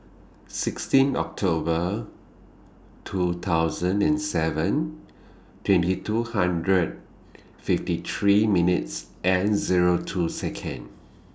sixteen October two thousand and seven twenty two hundred fifty three minutes and Zero two Second